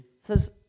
says